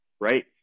right